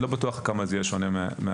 אני לא בטוח כמה זה יהיה שונה מהשנה.